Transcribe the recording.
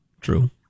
True